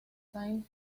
saint